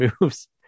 moves